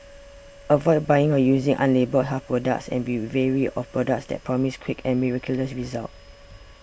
avoid buying or using unlabelled health products and be wary of products that promise quick and miraculous results